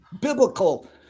biblical